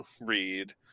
read